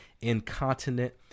incontinent